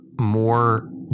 more